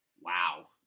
wow